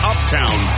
Uptown